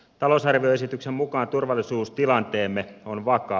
talousarvioesityksen mukaan turvallisuustilanteemme on vakaa